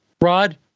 Rod